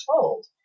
told